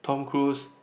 Tom Cruise